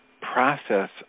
process